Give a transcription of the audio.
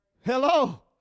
Hello